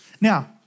Now